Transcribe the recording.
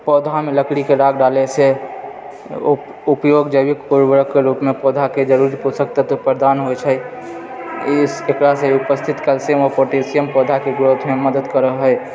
पौधामे लकड़ीके राग डालै से उपयोग जैविक उर्वरकके रूपमे पौधाके जरूरी पोषक तत्व प्रदान होइत छै एकरासँ उपस्थित केल्सियम आओर पोटासियम पौधाके ग्रोथमे मदद करए हइ